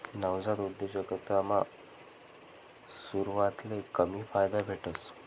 नवजात उद्योजकतामा सुरवातले कमी फायदा भेटस